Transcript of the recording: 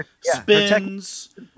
spins